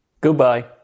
Goodbye